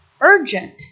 urgent